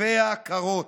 כתפיה קרות.